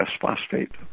phosphate